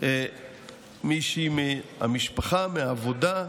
מישהי מהמשפחה, מהעבודה.